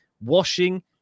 Washing